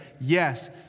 Yes